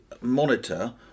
monitor